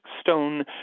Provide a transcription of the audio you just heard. stone